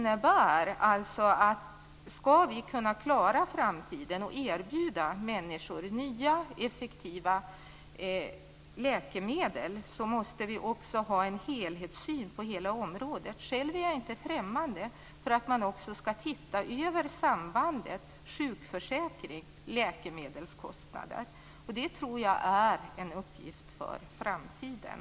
Om vi skall kunna klara framtiden och erbjuda människor nya effektiva läkemedel måste vi också ha en helhetssyn på området. Själv är jag inte främmande för att man också skall titta över sambandet sjukförsäkring-läkemedelskostnader. Det tror jag är en uppgift för framtiden.